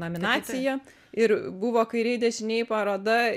nominaciją ir buvo kairėj dešinėj paroda